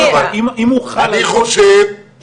הן מתחדדות עוד יותר במתחמי השפעה.